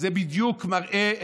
כנסת נכבדה,